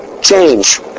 change